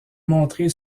montrer